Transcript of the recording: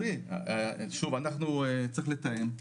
צריך לתאם.